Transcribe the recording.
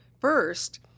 first